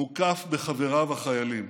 מוקף בחבריו החיילים.